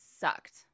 sucked